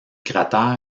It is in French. cratère